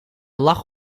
lag